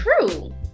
true